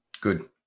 Good